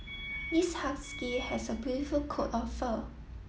this husky has a beautiful coat of fur